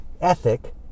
ethic